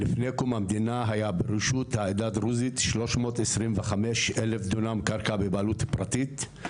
לפני קום המדינה היה ברשות העדה הדרוזית 325,000 דונם בבעלות פרטית.